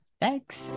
Thanks